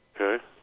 Okay